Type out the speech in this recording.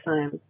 time